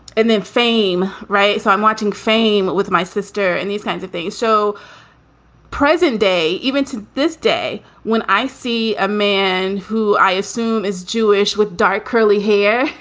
and then fame. right. so i'm watching fame with my sister and these kinds of things so present day, even to this day when i see a man who i assume is jewish with dark, curly hair,